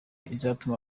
izatuma